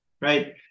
right